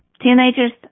Teenagers